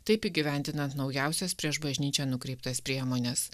taip įgyvendinant naujausias prieš bažnyčią nukreiptas priemones